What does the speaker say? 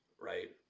right